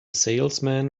salesman